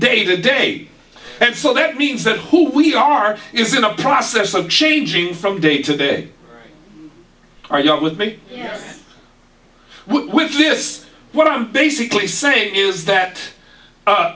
day to day and so that means that who we are is in the process of changing from day to day are you not with me with this what i'm basically saying is that